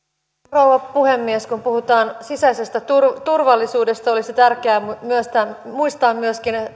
rouva puhemies kun puhutaan sisäisestä turvallisuudesta olisi tärkeää muistaa myöskin